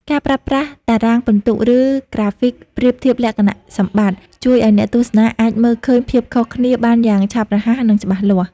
ការប្រើប្រាស់តារាងពិន្ទុ ឬក្រាហ្វិកប្រៀបធៀបលក្ខណៈសម្បត្តិ ជួយឱ្យអ្នកទស្សនាអាចមើលឃើញភាពខុសគ្នាបានយ៉ាងឆាប់រហ័ស និងច្បាស់លាស់។